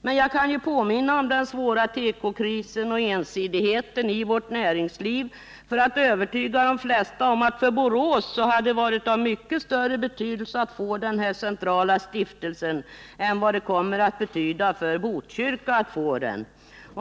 Jag behöver endast påminna om den svåra tekokrisen och ensidigheten i vårt näringsliv för att övertyga de flesta om att det för Borås del hade varit av mycket större betydelse att få den centrala stiftelsen än vad det kommer att vara för Botkyrkas del.